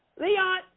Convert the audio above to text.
Leon